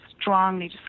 strongly